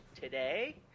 today